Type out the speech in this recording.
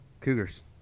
Cougars